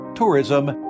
Tourism